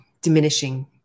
diminishing